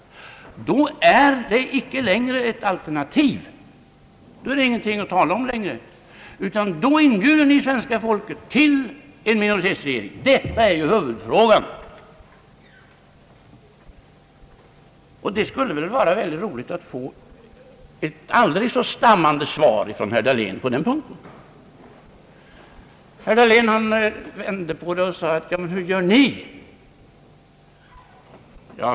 den ekonomiska politiken, m.m. icke längre ett alternativ. Då är det ingenting att tala om längre, utan då inbjuder ni svenska folket till en minoritetsregering. Detta är ju huvudfrågan! Det skulle vara väldigt roligt att få ett aldrig så stammande svar från herr Dahlén på den punkten. Herr Dahlén vände på frågan och sade: Hur gör ni?